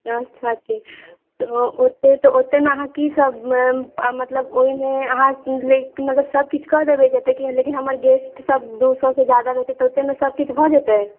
दस लाखके तऽ ओतेकमे तऽ ओतेकमे अहाँ कि सभ मतलब ओहिमे अहाँ की लेबै मतलब सबकिछु कऽ देबै जतेक कि लेकिन हमर गेस्टसब दू सओसँ ज्यादा रहतै तऽ ओतेकमे सबकिछु भऽ जेतै